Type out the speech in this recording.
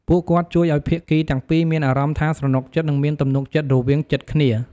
ពួកគាត់ជួយឱ្យភាគីទាំងពីរមានអារម្មណ៍ថាស្រណុកចិត្ត និងមានទំនុកចិត្តរវាងចិត្តគ្នា។